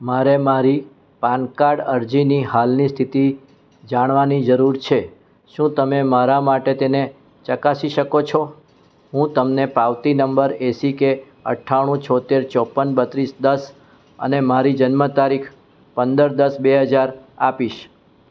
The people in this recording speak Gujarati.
મારે મારી પાન કાર્ડ અરજીની હાલની સ્થિતિ જાણવાની જરૂર છે શું તમે મારા માટે તેને ચકાસી શકો છો હું તમને પાવતી નંબર એસીકે અઠાણું છોંતેર ચોપન બત્રીસ દસ અને મારી જન્મ તારીખ પંદર દસ બે હજાર આપીશ